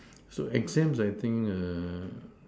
so exams I think err